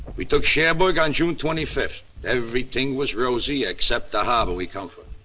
we took cherbourg on june twenty fifth, everything was rosy except the harbor we come for,